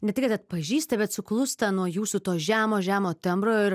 ne tik kad atpažįsta bet suklūsta nuo jūsų to žemo žemo tembro ir